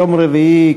יום רביעי,